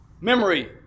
memory